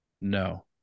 No